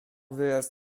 wyraz